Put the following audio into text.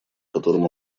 котором